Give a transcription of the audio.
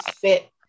fit